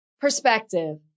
perspective